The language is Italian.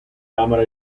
camera